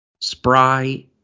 spry